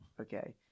okay